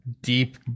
deep